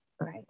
Right